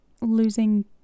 losing